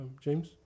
james